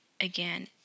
Again